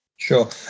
Sure